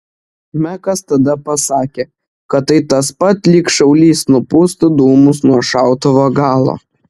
mekas tada pasakė kad tai tas pat lyg šaulys nupūstų dūmus nuo šautuvo galo